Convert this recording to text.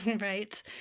Right